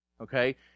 okay